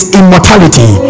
immortality